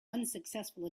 unsuccessful